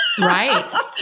right